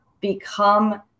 become